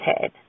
head